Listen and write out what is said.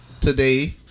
today